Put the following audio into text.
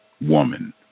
Woman